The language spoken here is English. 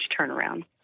turnaround